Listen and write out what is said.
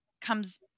comes